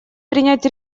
принять